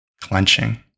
clenching